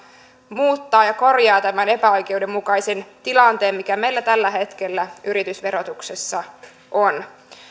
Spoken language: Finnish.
muuttaa ja korjaa tämän epäoikeudenmukaisen tilanteen mikä meillä tällä hetkellä yritysverotuksessa on